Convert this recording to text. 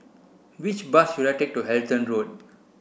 which bus should I take to Halton Road